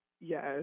Yes